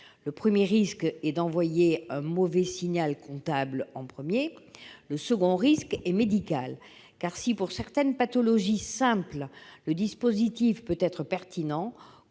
Le premier est d'envoyer un mauvais signal comptable ; le second risque est médical, car si, pour certaines pathologies simples, le dispositif peut être pertinent,